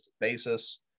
basis